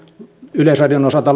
yleisradion osalta